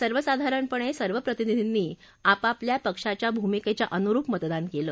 सर्वसाधारणपणे सर्व प्रतिनिधींनी आपापल्या पक्षाच्या भूमिकेच्या अनुरूप मतदान केलं